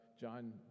john